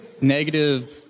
negative